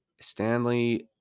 Stanley